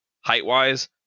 height-wise